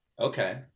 Okay